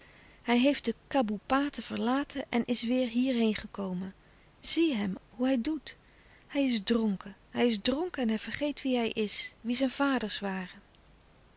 hij heeft de kaboepaten verlaten en is weêr hierheen gekomen zie hem hoe louis couperus de stille kracht hij doet hij is dronken hij is dronken en hij vergeet wie hij is wie zijn vaders waren